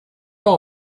all